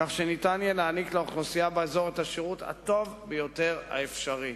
כך שניתן יהיה להעניק לאוכלוסייה באזור את השירות הטוב ביותר האפשרי.